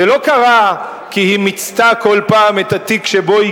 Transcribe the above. זה לא קרה כי היא מיצתה כל פעם את התיק שבו היא